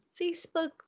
facebook